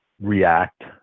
react